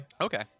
Okay